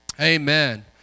Amen